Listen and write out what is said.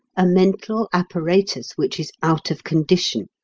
a mental apparatus which is out of condition,